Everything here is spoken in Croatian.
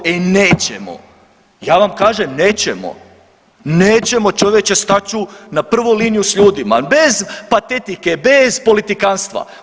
E nećemo, ja vam kažem nećemo, nećemo čovječe stat ću na prvu liniju s ljudima bez patetike, bez politikantstva.